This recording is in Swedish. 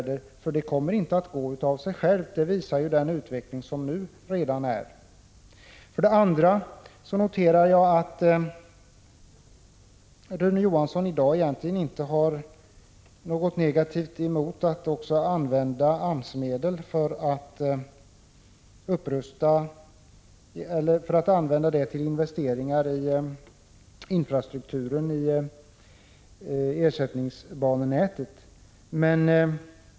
Det kommer inte att gå av sig självt att uppnå en bättre lönsamhet — det visar redan den nuvarande utvecklingen. Jag noterar att Rune Johansson i dag inte är negativ till att AMS-medel används för investeringar i infrastrukturen i det ersättningsberättigade bannätet, men varför vill han då avslå vårt motionskrav?